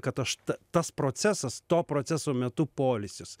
kad aš tas procesas to proceso metu poilsis